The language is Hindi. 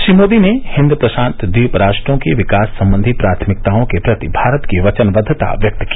श्री मोदी ने हिंद प्रशांत द्वीप राष्ट्रों की विकास संबंधी प्राथमिकताओं के प्रति भारत की वचनबद्वता व्यक्त की